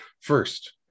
first